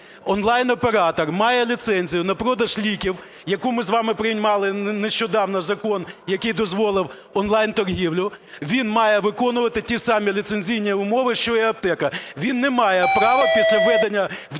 онлайн-оператор має ліцензію на продаж ліків (ми з вами приймали нещодавно закон, який дозволив онлайн-торгівлю), він має виконувати ті самі ліцензійні умови, що і аптека. Він не має права після введення в